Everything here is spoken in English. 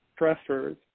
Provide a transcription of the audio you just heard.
stressors